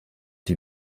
die